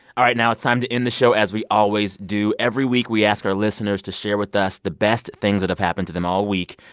all right. now it's time to end the show as we always do. every week, we ask our listeners to share with us the best things that have happened to them all week.